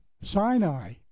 Sinai